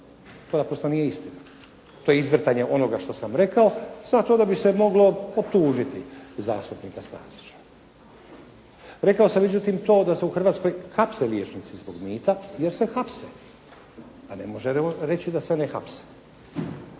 To naprosto nije istina. To je izvrtanje onoga što sam rekao. Zato da bi se moglo, pa tužiti zastupnika Stazića. Rekao sam međutim to, da se u Hrvatskoj hapse liječnici zbog mita, jer se hapse. Pa ne možemo reći da se ne hapse.